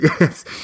Yes